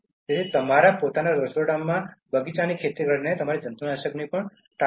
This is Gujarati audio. તેથી તમારા પોતાના રસોડામાં બગીચાની ખેતી કરીને જંતુનાશકો ટાળો